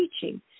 teaching